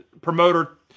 Promoter